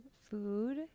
food